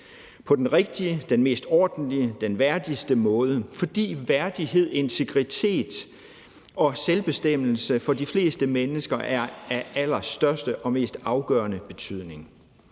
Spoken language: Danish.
på den rigtigste, mest ordentlige og værdige måde, fordi værdighed, integritet og selvbestemmelse for de fleste mennesker er af allerstørste og mest afgørende betydning.